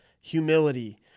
humility